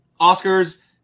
Oscars